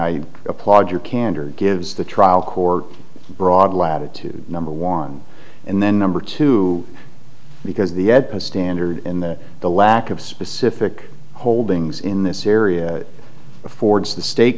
i applaud your candor gives the trial court broad latitude number one and then number two because the standard in the lack of a specific holdings in this area affords the st